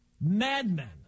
madmen